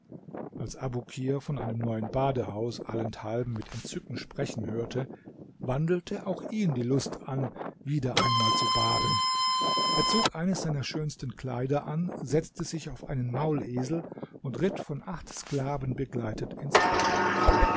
als abukir von einem neuen badehaus allenthalben mit entzücken sprechen hörte wandelte auch ihn die lust an wieder einmal zu baden er zog eines seiner schönsten kleider an setzte sich auf einen maulesel und ritt von acht sklaven begleitet ins bad